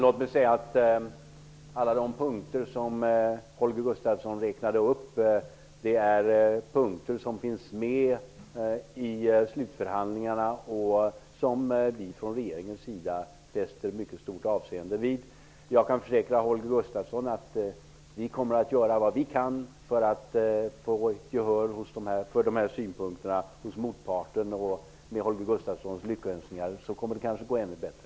Herr talman! Alla de punkter som Holger Gustafsson räknade upp finns med i slutförhandlingarna och som vi från regeringens sida fäster mycket stort avseende vid. Jag kan försäkra Holger Gustafsson att vi kommer att göra vad vi kan för att få gehör för dessa synpunkter hos motparten. Med Holger Gustafssons lyckönskningar kommer det kanske att gå ännu bättre.